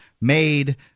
made